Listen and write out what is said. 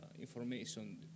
information